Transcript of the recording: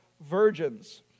virgins